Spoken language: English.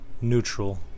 neutral